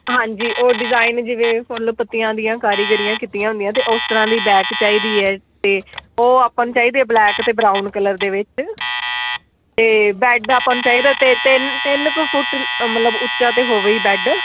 ਹਾਂਜੀ ਉਹ ਡਿਜ਼ਾਇਨ ਜਿਵੇਂ ਫੁੱਲ ਪੱਤੀਆਂ ਦੀਆਂ ਕਾਰੀਗਰੀਆਂ ਕੀਤੀਆਂ ਹੁੰਦੀਆਂ ਅਤੇ ਉਸ ਤਰ੍ਹਾਂ ਦੀ ਬੈਕ ਚਾਹੀਦੀ ਹੈ ਅਤੇ ਉਹ ਆਪਾਂ ਨੂੰ ਚਾਹੀਦੇ ਬਲੈਕ ਅਤੇ ਬਰਾਉਨ ਕਲਰ ਦੇ ਵਿੱਚ ਅਤੇ ਬੈਡ ਆਪਾਂ ਨੂੰ ਚਾਹੀਦਾ ਅਤੇ ਤਿੰਨ ਤਿੰਨ ਕ ਫੁੱਟ ਮਤਲਬ ਉੱਚਾ ਤਾਂ ਹੋਵੇ ਹੀ ਬੈਡ